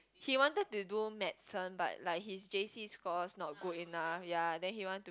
he wanted to do medicine but like his J_C scores not good enough yea then he want to